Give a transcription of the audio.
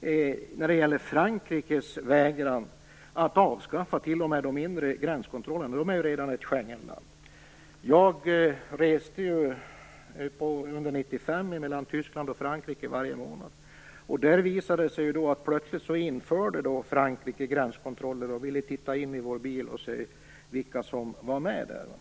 i Frankrike, som vägrar att avskaffa t.o.m. de inre gränskontrollerna. Frankrike är ju redan ett Schengenland. Jag reste under 1995 varje månad mellan Tyskland och Frankrike. Plötsligt införde Frankrike gränskontroller, och man tittade in i vår bil för att se vilka som fanns där inne.